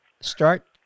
start